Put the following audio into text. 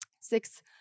six